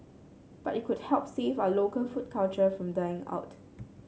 but it could help save our local food culture from dying out